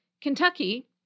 Kentucky